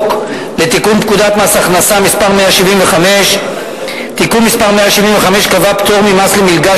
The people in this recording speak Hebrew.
לתיקון פקודת מס הכנסה (מס' 175). תיקון מס' 175 קבע פטור ממס למלגה